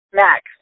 max